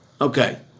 Okay